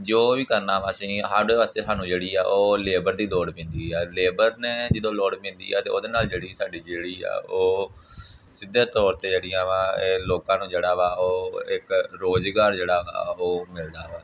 ਜੋ ਵੀ ਕਰਨਾ ਵਾ ਅਸੀਂ ਸਾਡੇ ਵਾਸਤੇ ਸਾਨੂੰ ਜਿਹੜੀ ਆ ਉਹ ਲੇਬਰ ਦੀ ਲੋੜ ਪੈਂਦੀ ਆ ਲੇਬਰ ਨੇ ਜਦੋਂ ਲੋੜ ਪੈਂਦੀ ਆ ਅਤੇ ਉਹਦੇ ਨਾਲ ਜਿਹੜੀ ਸਾਡੀ ਜਿਹੜੀ ਆ ਉਹ ਸਿੱਧੇ ਤੌਰ 'ਤੇ ਜਿਹੜੀਆਂ ਵਾ ਇਹ ਲੋਕਾਂ ਨੂੰ ਜਿਹੜਾ ਵਾ ਉਹ ਇੱਕ ਰੁਜ਼ਗਾਰ ਜਿਹੜਾ ਵਾ ਉਹ ਮਿਲਦਾ ਵਾ